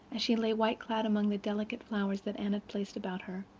as she lay, white-clad, among the delicate flowers that anne had placed about her,